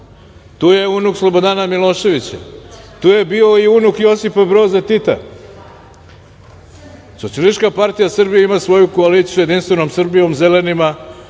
tu je unuk Slobodana Miloševića, tu je bio i unuk Josipa Broza Tita. Socijalistička partija Srbije ima svoju koaliciju Jedinstvenom Srbijom Zelenima,